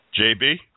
JB